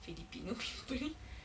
filipino people